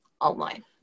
online